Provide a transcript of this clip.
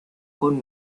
con